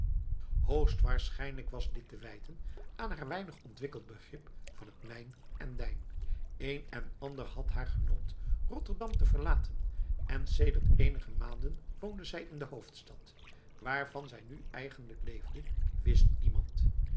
hoogstwaarschijnlijk was dit te wijten aan haar weinig ontwikkeld begrip van het mijn en dijn een en ander had haar genoopt rotterdam te verlaten en sedert eenige maanden woonde zij in de hoofdstad waarvan zij nu eigenlijk leefde wist niemand